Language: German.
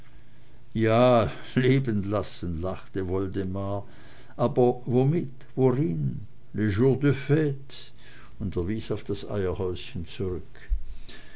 ja leben lassen lachte woldemar aber womit worin les jours de fte und er wies auf das eierhäuschen zurück